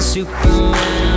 Superman